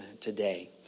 today